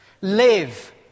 Live